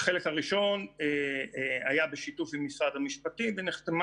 החלק הראשון היה בשיתוף עם משרד המשפטים ונחתמה